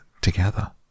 together